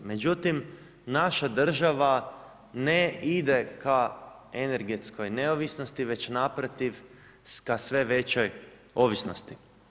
Međutim, naša država ne ide k energetskoj neovisnosti, već naprotiv k sve većoj ovisnosti.